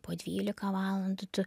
po dvylika valandų tu